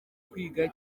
kwiga